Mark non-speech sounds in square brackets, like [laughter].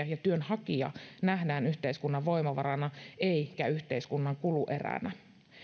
[unintelligible] ja työnhakija nähdään yhteiskunnan voimavarana eikä yhteiskunnan kulueränä